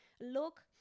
look